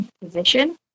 position